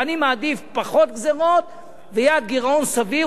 ואני מעדיף פחות גזירות ויעד גירעון סביר.